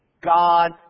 God